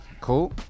Cool